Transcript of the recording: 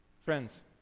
Friends